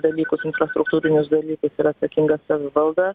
dalykus infrastruktūrinius dalykus yra atsakinga savivalda